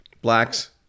blacks